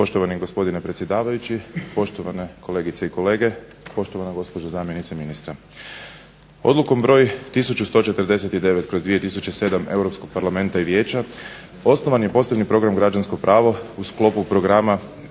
Poštovani gospodine predsjedavajući, poštovane kolegice i kolege, poštovana gospođo zamjenice ministra. Odlukom broj 1149/2007 Europskog parlamenta i Vijeća osnovan je posebni program građansko pravo u sklopu programa